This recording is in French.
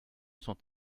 sont